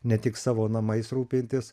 ne tik savo namais rūpintis